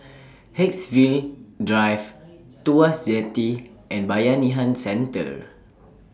Haigsville Drive Tuas Jetty and Bayanihan Centre